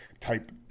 type